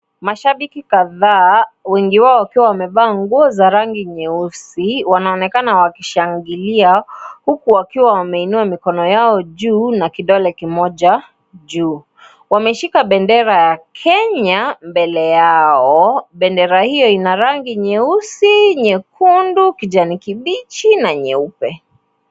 Mashabiki kadhaa wengi wao wakiwa wamevaa nguo za rangi nyeusi wanaonekana wakishangilia huku wakiwa wameinua mikono yao juu na kidole kimoja juu. Wameshika bendera ya Kenya mbele yao, bendera hiyo ina rangi nyeusi, nyekundu, kijani kibichi na nyeupe.